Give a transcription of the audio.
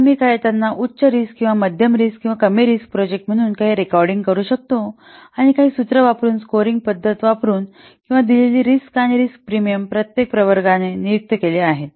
तर आम्ही त्यांना उच्च रिस्क किंवा मध्यम रिस्क किंवा कमी रिस्क प्रोजेक्ट म्हणून काही रेकॉर्डिंग करू शकतो काही सूत्र वापरुन काही स्कोअरिंग पद्धत वापरुन किंवा दिलेली रिस्क आणि रिस्क प्रीमियम प्रत्येक प्रवर्गाने नियुक्त केले आहेत